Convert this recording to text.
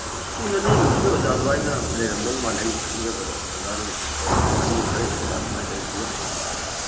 ꯂꯤꯁꯤꯡ ꯑꯅꯤꯃꯨꯛꯀꯤ ꯑꯣꯖꯥ ꯑꯗꯨꯃꯥꯏꯅ ꯂꯩꯔꯝꯗꯧ ꯃꯥꯜꯂꯤ ꯑꯩꯅ ꯈꯟꯖꯕꯗ ꯑꯣꯖꯥꯅ ꯑꯗꯨꯝ ꯇꯧ ꯑꯅꯤ ꯈꯔ ꯍꯦꯟꯕ ꯑꯗꯨꯃꯥꯏꯅ ꯂꯩ ꯄꯤꯔꯝꯗꯧ ꯃꯥꯜꯂꯤ